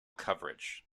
coverage